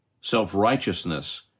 Self-righteousness